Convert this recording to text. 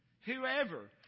whoever